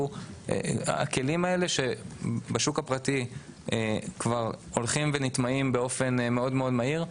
הכלים האלה שבשוק הפרטי כבר הולכים ונטמעים באופן מאוד מאוד מהיר,